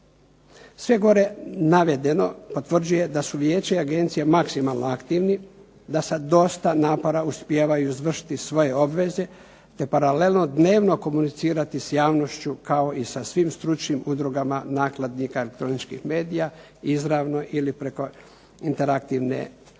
Sve gore navedeno potvrđuje da su Vijeće i Agencija maksimalno aktivni, da sa dosta napora uspijevaju izvršiti svoje obveze, te paralelno dnevno komunicirati s javnošću kao i sa svim stručnim udrugama nakladnika elektroničkih medija izravno ili preko interaktivne web